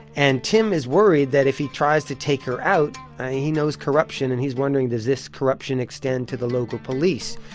and tim is worried that if he tries to take her out he knows corruption, and he's wondering, does this corruption extend to the local police?